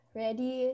ready